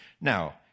Now